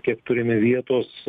kiek turime vietos